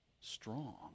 strong